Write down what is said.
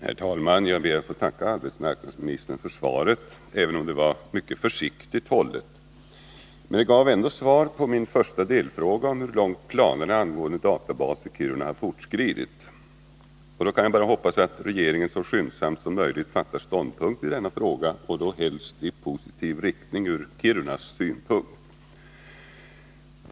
Herr talman! Jag ber att få tacka arbetsmarknadsministern för svaret även om det var mycket försiktigt hållet. Men det gav ändå svar på min första delfråga om hur långt planerna på en databas fortskridit. Jag kan bara hoppas att regeringen så skyndsamt som möjligt fattar ståndpunkt i denna fråga och då helst i positiv riktning ur Kirunas synpunkt.